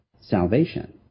salvation